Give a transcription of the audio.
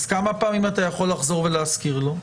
כמה פעמים אתה יכול להזכיר לו?